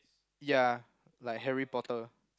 ya like Harry-Potter